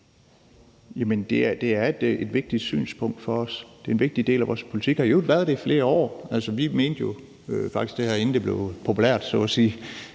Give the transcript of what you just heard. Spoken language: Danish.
(LA): Det er et vigtigt synspunkt for os. Det er en vigtig del af vores politik og har i øvrigt været det i flere år. Vi mente jo faktisk det her, inden det så at sige